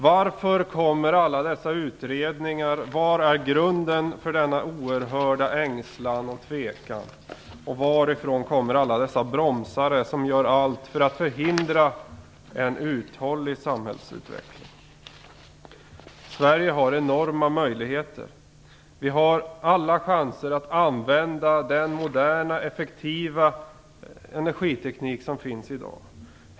Varför har vi alla dessa utredningar? Vad är grunden till den oerhörda ängslan och tvekan? Varifrån kommer alla bromsare som gör allt för att förhindra en uthållig samhällsavveckling? Sverige har enorma möjligheter. Vi har alla chanser att använda den moderna effektiva energiteknik som finns i dag.